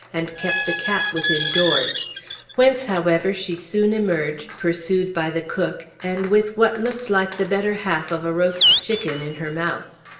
and kept the cat within doors whence, however, she soon emerged, pursued by the cook, and with what looked like the better half of a roast chicken in her mouth.